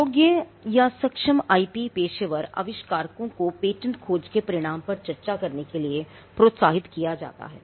योग्य या सक्षम आईपी पेशेवर आविष्कारकों को पेटेंट खोज के परिणाम पर चर्चा करने के लिए प्रोत्साहित किया जाता है